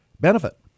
benefit